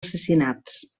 assassinats